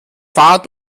fahrrad